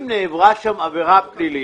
אם נעברה שם עבירה פלילית,